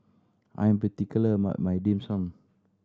I am particular about my Dim Sum